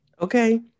Okay